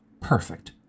Perfect